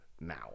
now